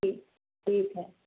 ठीक ठीक है